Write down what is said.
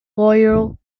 loyal